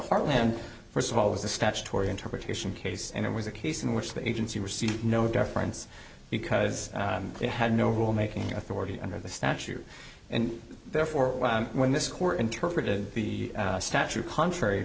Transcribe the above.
heartland first of all was a statutory interpretation case and it was a case in which the agency received no difference because it had no rule making authority under the statute and therefore when this court interpreted the statute contrary